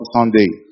Sunday